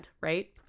right